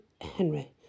Henry